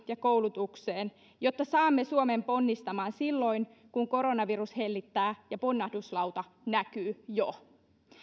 ja koulutukseen jotta saamme suomen ponnistamaan silloin kun koronavirus hellittää ja ponnahduslauta näkyy jo